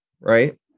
Right